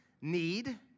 need